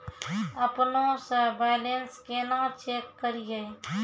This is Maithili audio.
अपनों से बैलेंस केना चेक करियै?